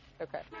Okay